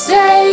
Say